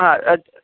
हा अद्